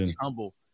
humble